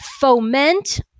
foment